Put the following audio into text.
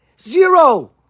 Zero